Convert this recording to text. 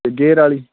ਅਤੇ ਗੇਅਰ ਵਾਲੀ